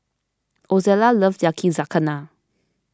Ozella loves Yakizakana